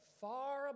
far